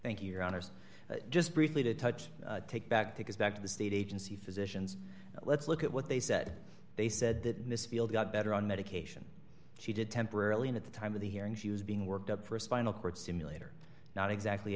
thank you honors just briefly to touch take back to get back to the state agency physicians let's look at what they said they said that miss field got better on medication she did temporarily at the time of the hearing she was being worked up for a spinal cord stimulator not exactly